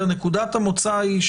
נקודת המוצא היא,